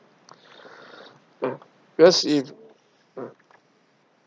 uh whereas if uh